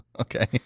Okay